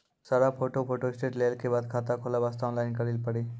सारा photo photostat लेल के बाद खाता खोले वास्ते ऑनलाइन करिल पड़ी?